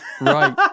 Right